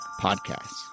podcasts